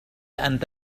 أنت